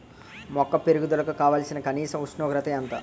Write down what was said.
మొక్క పెరుగుదలకు కావాల్సిన కనీస ఉష్ణోగ్రత ఎంత?